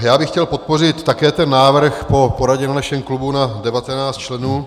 Já bych chtěl podpořit také ten návrh po poradě v našem klubu na 19 členů.